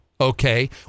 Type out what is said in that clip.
Okay